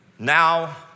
Now